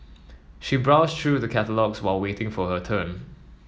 she browsed through the catalogues while waiting for her turn